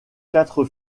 quatre